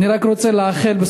אני רק רוצה לאחל לו,